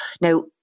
Now